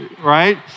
right